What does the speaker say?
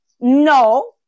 no